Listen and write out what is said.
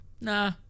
Nah